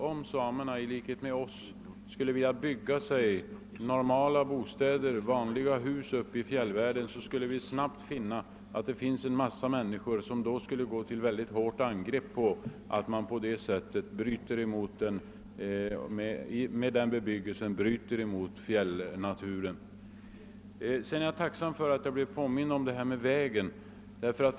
Om samerna i likhet med oss skulle vilja bygga sig normala bostadshus i fjällvärlden, föreställer jag mig att vi snabbt skulle finna att en massa människor skulle gå till hårt angrepp mot att sådan bebyggelse fick störa fjällnaturen. Jag är tacksam för att jag blev påmind om vägfrågan.